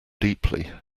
deeply